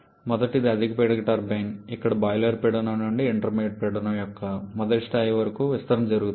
మొదటిది అధిక పీడన టర్బైన్ ఇక్కడ బాయిలర్ పీడనం నుండి ఇంటర్మీడియట్ పీడనం యొక్క మొదటి స్థాయి వరకు విస్తరణ జరుగుతుంది